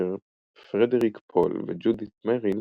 כאשר פרדריק פול וג'ודית מריל